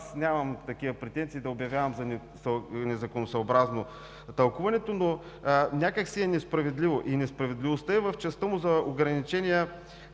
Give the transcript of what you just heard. Нямам такива претенции – да обявявам за незаконосъобразност тълкуването, но някак си е несправедливо, и несправедливостта му е в частта му за ограничения,